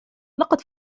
لقد